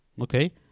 okay